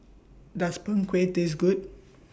Does Png Kueh Taste Good